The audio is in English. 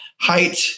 height